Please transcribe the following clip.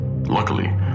Luckily